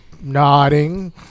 nodding